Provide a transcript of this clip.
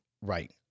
Right